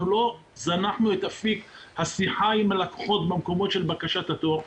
לא זנחנו את אפיק השיחה עם הלקוחות במקומות של בקשת התור,